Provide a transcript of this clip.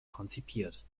konzipiert